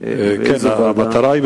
איזו ועדה,